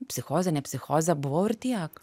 psichozinė ne psichozė buvau ir tiek